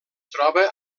troba